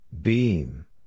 Beam